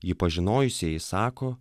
jį pažinojusieji sako